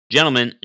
Gentlemen